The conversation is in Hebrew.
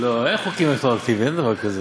לא, אין חוקים רטרואקטיביים, אין דבר כזה.